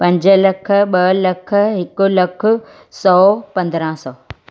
पंज लख ॿ लख हिकु लखु सौ पंद्रहं सौ